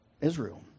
Israel